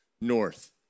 north